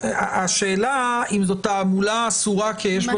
השאלה אם זאת תעמולה אסורה כי יש בה